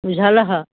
बुझलहक